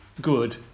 good